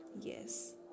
Yes